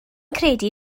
credu